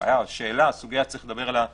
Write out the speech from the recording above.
סוגיה שצריך לדבר עליה תפעולית.